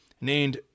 named